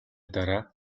дараа